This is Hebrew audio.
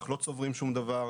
אנחנו לא צוברים שום דבר.